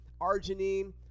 arginine